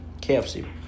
KFC